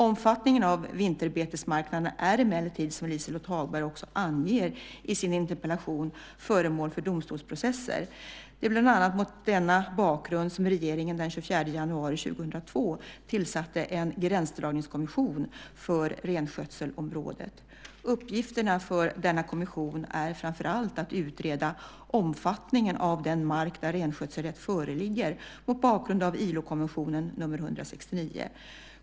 Omfattningen av vinterbetesmarkerna är emellertid, som Liselott Hagberg också anger i sin interpellation, föremål för domstolsprocesser. Det var bland annat mot denna bakgrund som regeringen den 24 januari 2002 tillsatte en gränsdragningskommission för renskötselområdet. Uppgifterna för denna kommission är framför allt att utreda omfattningen av den mark där renskötselrätt föreligger mot bakgrund av ILO konventionen nr 169.